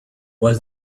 was